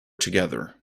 together